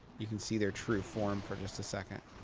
you can see their true form, for just a second.